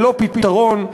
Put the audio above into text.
ללא פתרון,